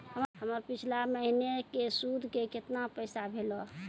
हमर पिछला महीने के सुध के केतना पैसा भेलौ?